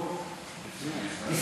אחרי ההצבעה.